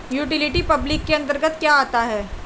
Utility public के अंतर्गत क्या आता है?